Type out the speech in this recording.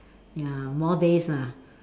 ya more days lah